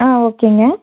ஆ ஓகேங்க